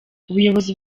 ubuyobozi